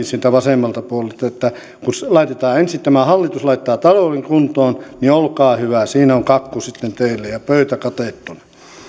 sieltä vasemmalta puolelta kun ensin tämä hallitus laittaa talouden kuntoon niin olkaa hyvä siinä on kakku sitten teille ja pöytä katettuna